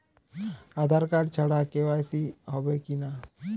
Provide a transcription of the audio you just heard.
আধার card ছাড়া KYC হবে কিনা?